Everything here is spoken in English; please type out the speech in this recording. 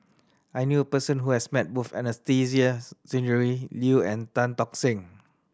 I knew a person who has met both Anastasia Tjendri Liew and Tan Tock Seng